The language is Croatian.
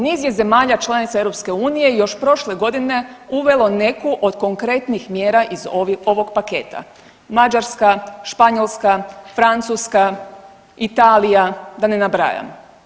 Niz je zemalja članica EU i još prošle godine uvelo neku od konkretnih mjera iz ovog paketa – Mađarska, Španjolska, Francuska, Italija, da ne nabrajam.